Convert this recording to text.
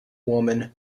woman